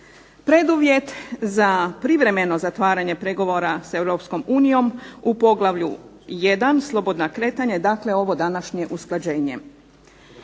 Preduvjet za privremeno zatvaranje pregovora sa Europskom unijom u poglavlju I. Sloboda kretanja, je dakle ovo današnje usklađenje.